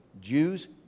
Jews